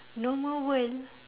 normal world